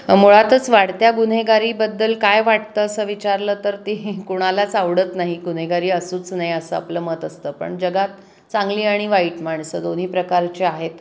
मुळातच वाढत्या गुन्हेगारीबद्दल काय वाटतं असं विचारलं तर ते कोणालाच आवडत नाही गुन्हेगारी असूच नाही असं आपलं मत असतं पण जगात चांगली आणि वाईट माणसं दोन्ही प्रकारचे आहेत